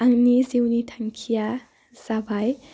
आंनि जिउनि थांखिया जाबाय